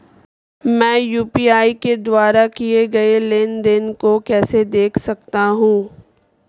मैं यू.पी.आई के द्वारा किए गए लेनदेन को कैसे देख सकता हूं?